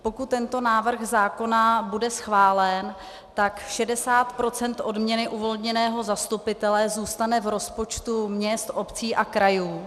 Pokud tento návrh zákona bude schválen, tak 60 % odměny uvolněného zastupitele zůstane v rozpočtu měst, obcí a krajů.